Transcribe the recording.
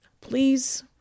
please